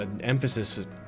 emphasis